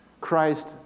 Christ